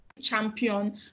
champion